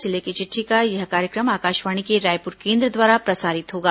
जिले की चिट्ठी का यह कार्यक्रम आकाशवाणी के रायपुर केंद्र द्वारा प्रसारित होगा